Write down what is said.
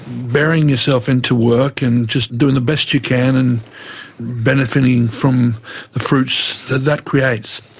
burying yourself into work and just doing the best you can and benefiting from the fruits that that creates.